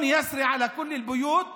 חוק זה חל על כל הבתים